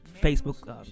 Facebook, –